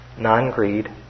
non-greed